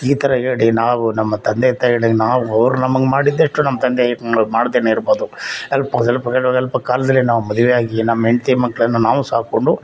ಈ ಥರ ಹೇಳಿ ನಾವು ನಮ್ಮ ತಂದೆ ತಾಯಿ ಹೇಳಿ ನಾವು ಅವ್ರು ನಮಗೆ ಮಾಡಿದ ಎಷ್ಟು ನಮ್ಮ ತಂದೆ ಅಷ್ಟು ಮಾಡದೇನೆ ಇರ್ಬೋದು ಅಲ್ಪ ಸ್ವಲ್ಪಗಳು ಸ್ವಲ್ಪ ಕಾಲದಲ್ಲಿ ನಾವು ಮದುವೆ ಆಗಿ ನಮ್ಮ ಹೆಂಡತಿ ಮಕ್ಕಳನ್ನು ನಾವು ಸಾಕಿಕೊಂಡು